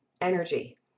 energy